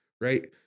right